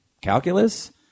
calculus